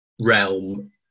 realm